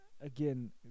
again